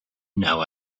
know